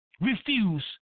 Refuse